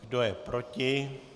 Kdo je proti?